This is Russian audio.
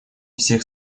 всех